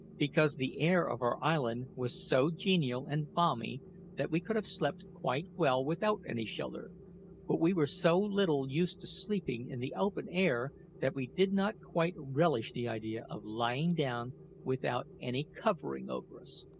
because the air of our island was so genial and balmy that we could have slept quite well without any shelter but we were so little used to sleeping in the open air that we did not quite relish the idea of lying down without any covering over us.